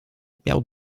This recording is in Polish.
miał